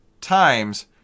times